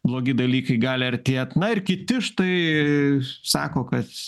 blogi dalykai gali artėt na ir kiti štai sako kad